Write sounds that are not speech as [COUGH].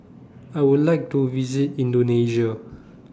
I Would like to visit Indonesia [NOISE]